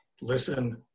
listen